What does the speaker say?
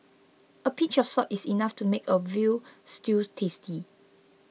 a pinch of salt is enough to make a Veal Stew tasty